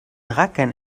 rackern